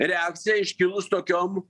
reakcija iškilus tokiom